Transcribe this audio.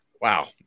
Wow